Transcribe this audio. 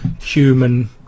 human